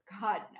god